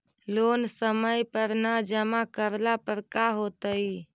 Loan समय पर न जमा करला पर का होतइ?